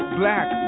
black